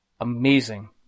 amazing